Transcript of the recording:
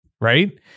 Right